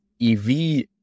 EV